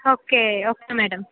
okay okay madam